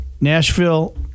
Nashville